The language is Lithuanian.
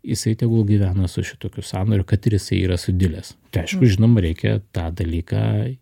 jisai tegul gyvena su šitokiu sąnariu kad ir jisai yra sudilęs tai aišku žinom reikia tą dalyką